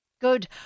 Good